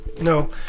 no